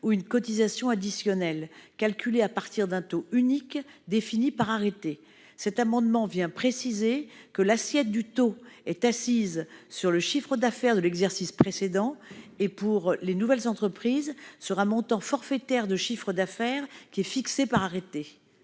ou une cotisation additionnelle calculée à partir d'un taux unique défini par arrêté. Cet amendement a pour objet de préciser que l'assiette du taux est assise sur le chiffre d'affaires de l'exercice précédent et, pour les nouvelles entreprises, sur un montant forfaitaire de chiffre d'affaires fixé par arrêté.